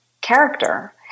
character